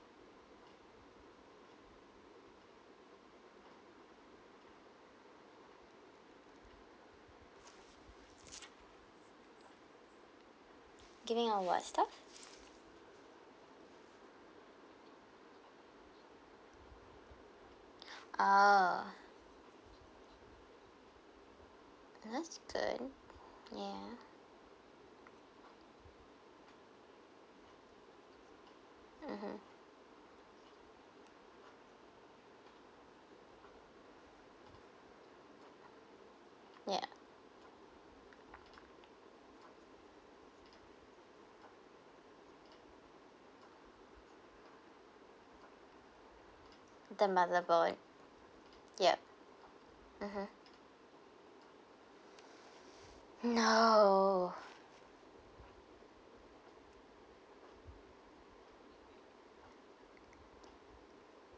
giving a what stuff oh and that's good yeah mmhmm yeah the motherboard yup mmhmm no